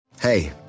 Hey